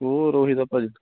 ਹੋਰ ਉਹੀ ਤਾਂ ਭਾਅ ਜੀ